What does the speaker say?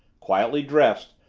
quietly dressed,